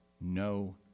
no